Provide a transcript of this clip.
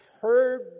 heard